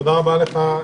תודה רבה לך.